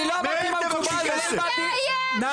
אני לא אמרתי מה מקובל, נעמה,